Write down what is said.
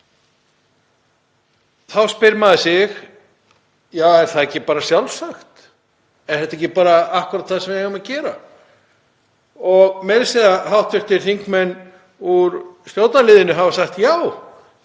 Þá spyr maður sig: Er það ekki bara sjálfsagt? Er þetta ekki akkúrat það sem við eigum að gera? Og meira að segja hv. þingmenn úr stjórnarliðinu hafa sagt: Já,